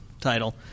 title